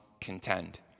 contend